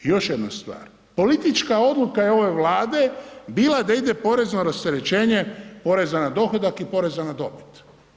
Još jedna stvar, politička odluka je ove Vlade bila da ide porezno rasterećenje poreza na dohodak i poreza na dobit.